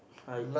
I